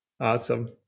Awesome